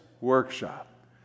workshop